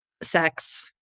Sex